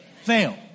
Fail